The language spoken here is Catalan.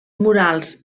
murals